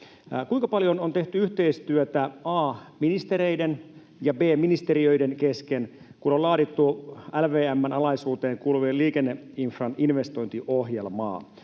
Kuinka paljon on tehty yhteistyötä a) ministereiden ja b) ministeriöiden kesken, kun on laadittu LVM:n alaisuuteen kuuluvan liikenneinfran investointiohjelmaa?